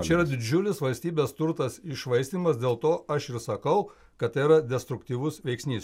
čia yra didžiulis valstybės turtas iššvaistymas dėl to aš ir sakau kad tai yra destruktyvus veiksnys